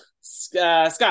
Scott